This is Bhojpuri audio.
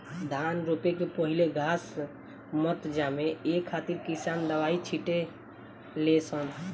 धान रोपे के पहिले घास मत जामो ए खातिर किसान दवाई छिटे ले सन